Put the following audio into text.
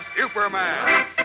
Superman